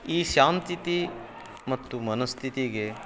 ಈ ಶಾಂತತೆ ಮತ್ತು ಮನಸ್ಥಿತಿಗೆ